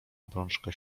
obrączka